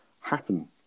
happen